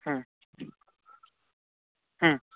হুম হুম